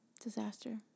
disaster